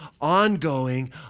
ongoing